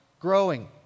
growing